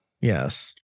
Yes